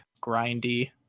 grindy